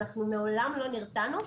אנחנו מעולם לא נרתענו.